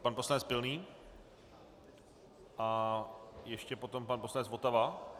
Pan poslanec Pilný a ještě potom pan poslanec Votava.